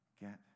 Get